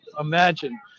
imagine